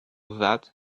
that